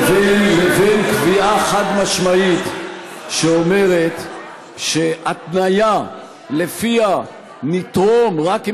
לבין קביעה חד-משמעית שאומרת שהתניה שלפיה נתרום רק אם